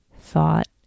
thought